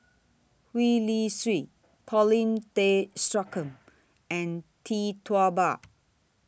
Gwee Li Sui Paulin Tay Straughan and Tee Tua Ba